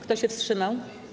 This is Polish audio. Kto się wstrzymał?